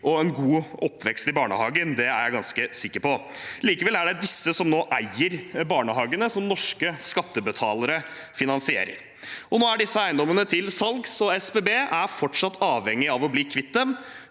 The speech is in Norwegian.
og en god oppvekst i barnehagen. Det er jeg ganske sikker på. Likevel er det disse som nå eier barnehagene som norske skattebetalere finansierer. Nå er disse eiendommene til salgs, og SBB er fortsatt avhengig av å bli kvitt dem.